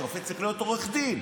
שופט צריך להיות עורך דין,